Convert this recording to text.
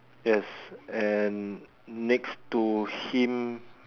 yes and next to him